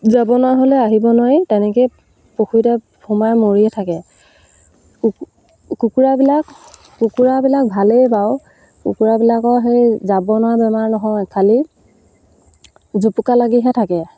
যাব নোৱাৰা হ'লে আহিব নোৱাৰি তেনেকৈয়ে পুখুৰীতে সোমাই মৰিয়ে থাকে কুকুৰাবিলাক কুকুৰাবিলাক ভালেই বাৰু কুকুৰাবিলাকৰ সেই যাব নোৱাৰা বেমাৰ নহয় খালি জুপুকা লাগিহে থাকে